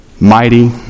mighty